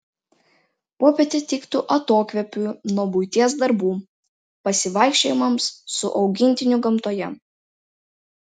popietė tiktų atokvėpiui nuo buities darbų pasivaikščiojimams su augintiniu gamtoje